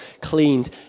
cleaned